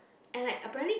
and like apparently